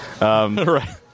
Right